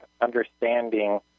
understanding